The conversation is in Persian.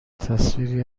تصویری